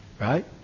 right